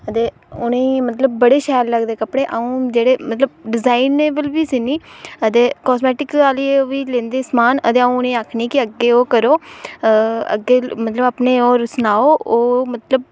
अदे उ'नेंई मतलब बड़े शैल लगदे कपड़े अ'ऊं मतलब जेह्ड़े पर बी सीनी अदे कास्मैटिक बी लेंदे समान अदे अ'ऊं उ'नेंई आखनी कि ओह् करो आ मतलब अपने होर सनाओ ओह् मतलब